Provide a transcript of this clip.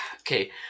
Okay